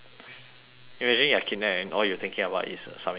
imagine you're kidnapped and all you're thinking about is submitting your assignments